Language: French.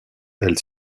elle